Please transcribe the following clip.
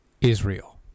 Israel